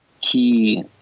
key